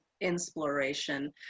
inspiration